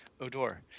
Odor